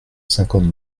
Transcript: cinquante